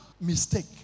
mistake